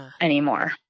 anymore